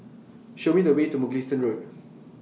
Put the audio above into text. Show Me The Way to Mugliston Road